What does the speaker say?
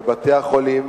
בבתי-החולים,